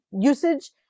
usage